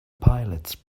pilots